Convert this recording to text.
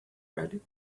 red